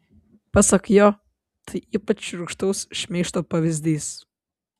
pasak jo tai ypač šiurkštaus šmeižto pavyzdys